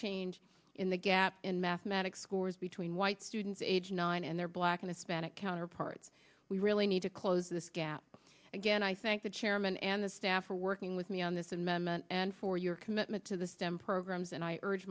change in the gap in mathematics scores between white students age nine and their black and hispanic counterparts we really need to close this gap again i thank the chairman and the staff are working with me on this amendment and for your commitment to the stem programs and i urge